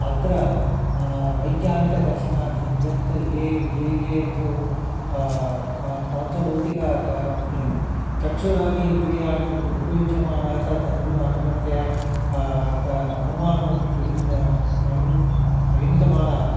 अत्र वैज्ञानिकदर्शनानि यत् ये ये ये तु पा पाञ्चभौतिकाः क चक्षुरादि इन्द्रियाणि उ उपयुज्यमानाः तद् अनुगु अनुगुणतया ताः अनुमानमपि प्रयुङ् प्रयुङ्ग् प्रयुङ्ग्तमानाः